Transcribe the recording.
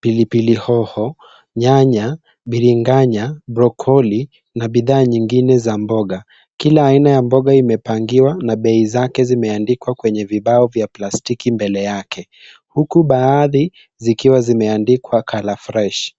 pili pili hoho, nyanya, binganya, brokoli na bidhaa nyingine za mboga. Kila aina ya mboga imepangiwa na bei zake zimeandikwa kwenye vibao vya plastiki mbele yake huku baadhi zimeandikwa colour fresh .